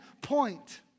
point